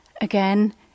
again